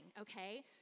Okay